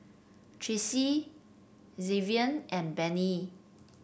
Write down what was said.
Tracey Xzavier and Benny